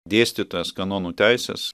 dėstytojas kanonų teisės